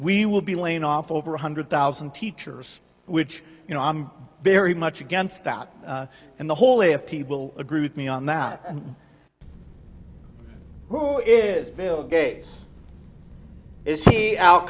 we will be laying off over one hundred thousand teachers which you know i'm very much against that and the whole array of people agree with me on that who is bill gates is he al